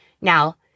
Now